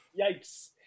yikes